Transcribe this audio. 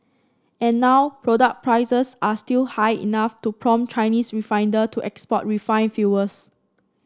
and now product prices are still high enough to prompt Chinese refiner to export refined fuels